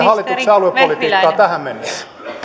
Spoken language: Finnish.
hallituksen aluepolitiikkaa tähän mennessä